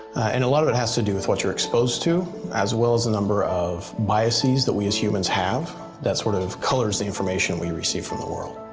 and a lot of it has to do with what you're exposed to as well as the number of biases that we as humans have that sort of colors the information we receive from the world